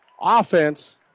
offense